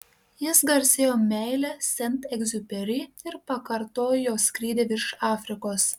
jis garsėjo meile sent egziuperi ir pakartojo jo skrydį virš afrikos